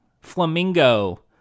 Flamingo